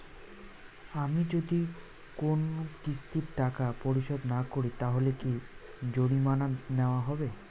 আমি যদি কোন কিস্তির টাকা পরিশোধ না করি তাহলে কি জরিমানা নেওয়া হবে?